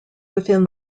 within